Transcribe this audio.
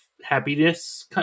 happiness